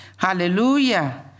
Hallelujah